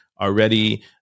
already